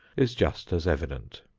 is just as evident.